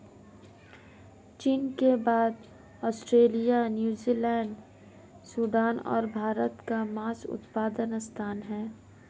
चीन के बाद ऑस्ट्रेलिया, न्यूजीलैंड, सूडान और भारत का मांस उत्पादन स्थान है